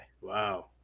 Wow